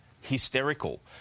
hysterical